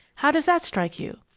how does that strike you?